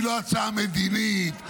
היא לא הצעה מדינית,